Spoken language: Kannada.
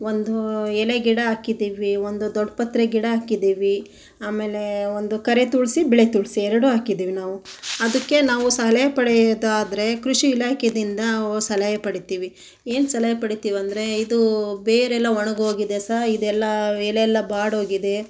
ಒಂದು ಎಲೆ ಗಿಡ ಹಾಕಿದ್ದೀವಿ ಒಂದು ದೊಡ್ಡ ಪತ್ರೆ ಗಿಡ ಹಾಕಿದ್ದೀವಿ ಆಮೇಲೆ ಒಂದು ಕರಿ ತುಳಸಿ ಬಿಳಿ ತುಳಸಿ ಎರಡೂ ಹಾಕಿದ್ದೀವಿ ನಾವು ಅದಕ್ಕೆ ನಾವು ಸಲಹೆ ಪಡೆಯೋದಾದ್ರೆ ಕೃಷಿ ಇಲಾಖೆಯಿಂದ ಸಲಹೆ ಪಡಿತೀವಿ ಏನು ಸಲಹೆ ಪಡಿತೀವಿ ಅಂದರೆ ಇದು ಬೇರೆಲ್ಲ ಒಣಗೋಗಿದೆ ಸರ್ ಇದೆಲ್ಲ ಎಲೆ ಎಲ್ಲ ಬಾಡೋಗಿದೆ